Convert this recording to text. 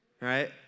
right